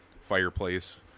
fireplace